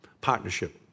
partnership